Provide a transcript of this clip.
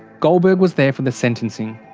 goldberg was there for the sentencing.